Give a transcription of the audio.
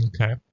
Okay